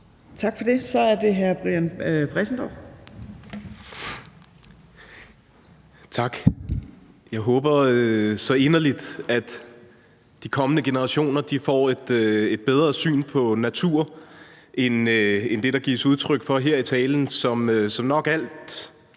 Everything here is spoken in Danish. Brian Bressendorff. Kl. 12:01 Brian Bressendorff (S): Tak. Jeg håber så inderligt, at de kommende generationer får et bedre syn på naturen end det, der gives udtryk for her i talen, som, når alt